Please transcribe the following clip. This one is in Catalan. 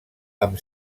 amb